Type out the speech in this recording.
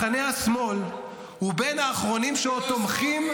מחנה השמאל הוא בין האחרונים שעוד תומכים,